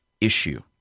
issue